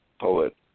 poet